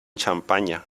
champaña